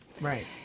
right